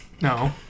No